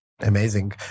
Amazing